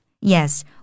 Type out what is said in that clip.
Yes